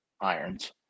Irons